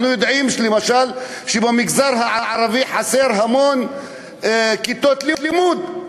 אנחנו יודעים שלמשל במגזר הערבי חסרים המון כיתות לימוד,